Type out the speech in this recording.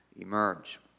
emerge